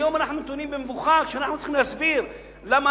היום אנחנו נתונים במבוכה שאנחנו צריכים להסביר למה